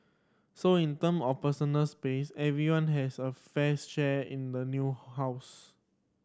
so in term of personal space everyone has a fair share in the new house